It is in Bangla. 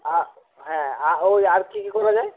আচ্ছা হ্যাঁ আ ওই আর কী কী করা যায়